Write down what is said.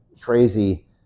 crazy